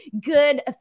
good